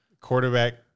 Quarterback